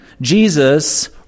Jesus